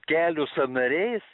kelių sąnariais